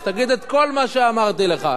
אז תגיד את כל מה שאמרתי לך.